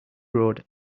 road